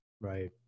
right